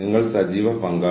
നിങ്ങൾ ഒരു നയം രൂപീകരിക്കുക